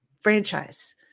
franchise